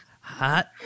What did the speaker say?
hot